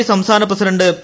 P സംസ്ഥാന president P